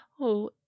Oh